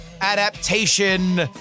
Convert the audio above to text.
Adaptation